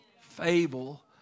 fable